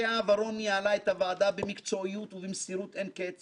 וחלק גדול בהישג הזה רשום על שמך.